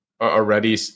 already